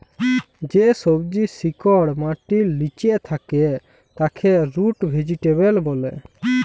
যে সবজির শিকড় মাটির লিচে থাক্যে তাকে রুট ভেজিটেবল ব্যলে